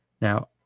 Now